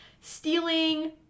stealing